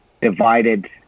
divided